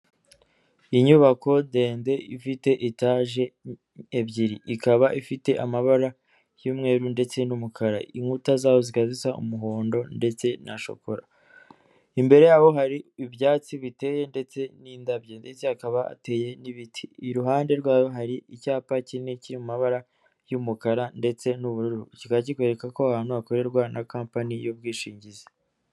Ni inyubako ndende ifite etaje ebyiri. Ikaba ifite amabara y'umweru ndetse n'umukara. Inkuta zaho zikaba zisa umuhondo ndetse na shokora. Imbere yaho hari ibyatsi biteye ndetse n'indabyo ndetse hakaba hateye n'ibiti. Iruhande rwayo hari icyapa kinini kiri mu mabara y'umukara ndetse n'ubururu. Kikaba kikweka ko aho hantu hakorerwa na kampani y'ubwishingizi.